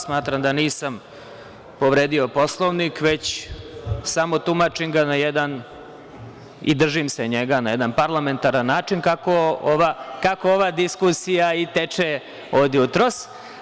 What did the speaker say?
Smatram da nisam povredio Poslovnik, već samo tumačim ga na jedan, i držim se njega na jedan parlamentaran način, kako ova diskusija i teče od jutros.